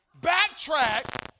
Backtrack